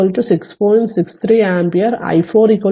63 ampere i4 2